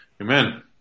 Amen